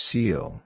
Seal